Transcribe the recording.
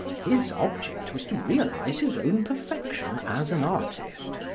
his object was to realise his own perfection as an artist,